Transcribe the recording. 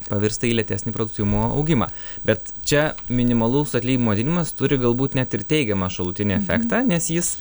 pavirsta į lėtesnį produktyvumo augimą bet čia minimalaus atlyginimo didinimas turi galbūt net ir teigiamą šalutinį efektą nes jis